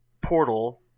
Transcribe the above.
portal